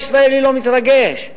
שהציבור הישראלי לא מתרגש.